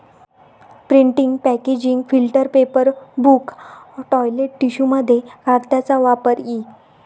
printing packaging filter paper book toilet टिश्यूमध्ये कागदाचा वापर इ